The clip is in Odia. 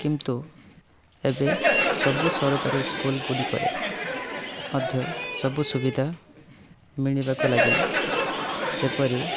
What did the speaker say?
କିନ୍ତୁ ଏବେ ସବୁ ସରକାରୀ ସ୍କୁଲ୍ଗୁଡ଼ିକରେ ମଧ୍ୟ ସବୁ ସୁବିଧା ମିଳିବାକୁ ଲାଗିଲା ଯେପରି